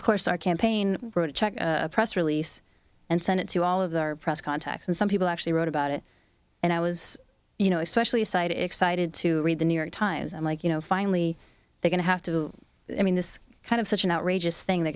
of course our campaign wrote a check a press release and sent it to all of our press contacts and some people actually wrote about it and i was you know especially excited excited to read the new york times i'm like you know finally they going to have to mean this kind of such an outrageous thing they're